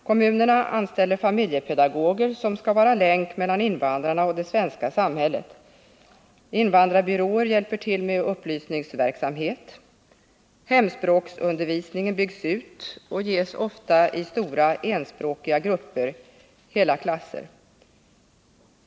Kommunerna anställer familjepedagoger, som skall vara en länk mellan invandrarna och det svenska samhället, invandrarbyråer hjälper till med upplysningsverksamhet. Hemspråksundervisningen byggs ut och ges oftaistora enspråkiga grupper, hela klasser.